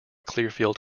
clearfield